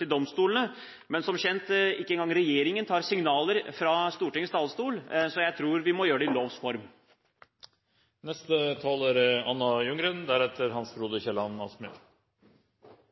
til domstolene, men som kjent tar ikke engang regjeringen signaler fra Stortingets talerstol, så jeg tror vi må gjøre det i lovs form. Jeg vil begynne med å takke representanten Tetzschner for å ta opp dette alvorlige temaet i Stortinget. Når det er